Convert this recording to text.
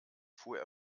fuhr